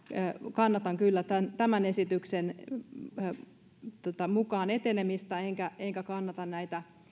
kannatan kyllä tämän tämän esityksen mukaan etenemistä enkä enkä kannata näitä